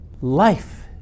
Life